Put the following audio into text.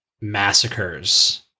massacres